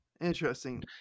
Interesting